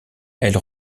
elle